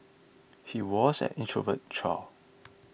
he was an introverted child